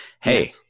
hey